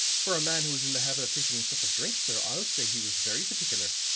for a man who was in the habit of taking a sup of drink, sir, i'll say he was very particular.